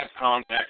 contact